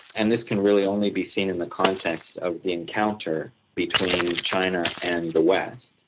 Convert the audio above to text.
and this can really only be seen in the context of the encounter between china and the west.